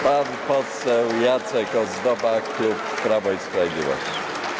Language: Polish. Pan poseł Jacek Ozdoba, klub Prawo i Sprawiedliwość.